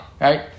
Right